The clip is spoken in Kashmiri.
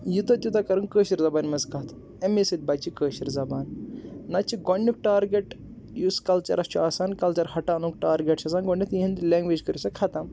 یوٗتاہ تِیوٗتاہ کَرُن کٲشِر زَبانہِ منٛزٕے کَتھ اَمے سۭتۍ بَچہِ کٲشِر زَبان نَتہٕ چھُ گۄڈنِیُک ٹارگٮ۪ٹ یُس کَلچَرَس چھُ آسان کَلچَر ہَٹاونُک ٹارگٮ۪ٹ چھُ آسان گۄڈنٮ۪تھ یِہِنٛز لینٛگویج کٕرِو سا خَتم